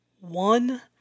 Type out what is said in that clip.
one